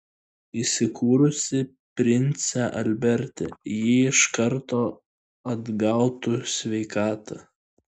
įsikūrusi prince alberte ji iš karto atgautų sveikatą